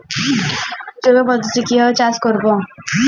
জৈব পদ্ধতিতে কিভাবে চাষ করব?